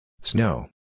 Snow